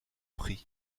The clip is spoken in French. prix